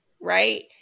Right